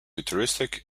futuristic